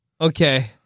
Okay